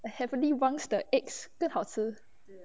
the heavenly wang the eggs 更好吃